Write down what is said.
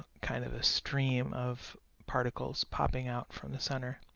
kind of a stream of particles popping out from the center,